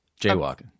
Jaywalking